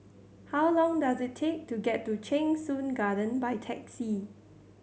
how long does it take to get to Cheng Soon Garden by taxi